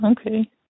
Okay